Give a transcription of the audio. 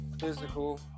physical